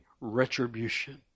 retribution